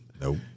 Nope